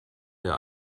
der